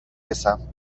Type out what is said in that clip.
رسم